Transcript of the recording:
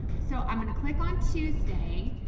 so i'm going to click on tuesday,